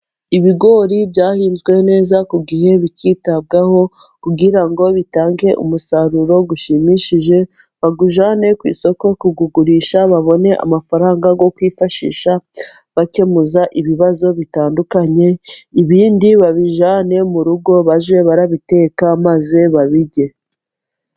Ibigori byahinzwe neza ku gihe bikitabwaho, kugira ngo bitange umusaruro ushimishije bagujyane ku isoko kuwugurisha babone amafaranga yo kwifashisha bakemuza ibibazo bitandukanye, ibindi babijyane mu rugo bajye barabiteka maze babirye.